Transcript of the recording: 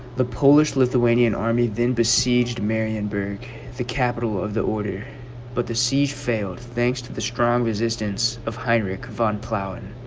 the polish lithuanian army then besieged marienberg the capital of the order but the siege failed thanks to the strong resistance of heinrich von plowin